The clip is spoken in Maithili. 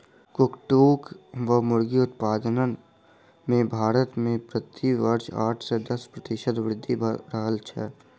कुक्कुट वा मुर्गी उत्पादन मे भारत मे प्रति वर्ष आठ सॅ दस प्रतिशत वृद्धि भ रहल छै